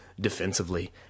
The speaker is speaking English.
defensively